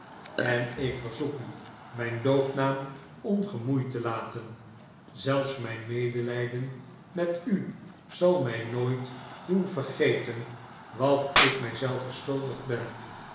eh ik verzoek u mijn doopnaam ongemoeid te laten zelfs mijn medelijden met u zal mij nooit doen vergeten wat ik mij zelf verschuldigd ben